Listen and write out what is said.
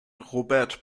robert